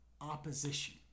opposition